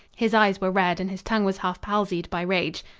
his eyes were red and his tongue was half palsied by rage.